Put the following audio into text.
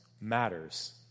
matters